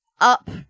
up